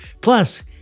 Plus